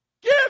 Give